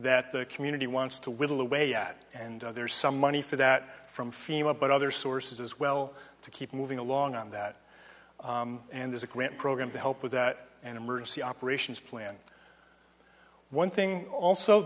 that the community wants to whittle away at and there's some money for that from fema but other sources as well to keep moving along on that and there's a grant program to help with that an emergency operations plan one thing also